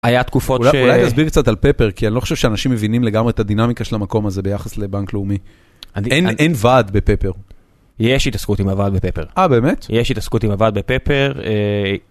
אולי תסביר קצת על פפר, כי אני לא חושב שאנשים מבינים לגמרי את הדינאמיקה של המקום הזה ביחס לבנק לאומי. אין ועד בפפר. - יש התעסקות עם הוועד בפפר. - אה, באמת? - יש התעסקות עם הוועד בפפר.